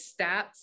stats